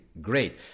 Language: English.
Great